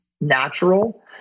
natural